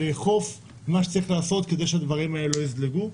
לאכוף ומה שצריך לעשות כדי שהדברים האלה לא יזלגו,